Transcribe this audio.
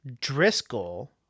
Driscoll